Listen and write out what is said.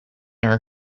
our